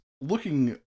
looking